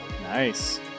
Nice